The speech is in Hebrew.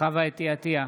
חוה אתי עטייה,